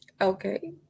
Okay